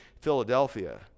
Philadelphia